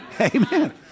Amen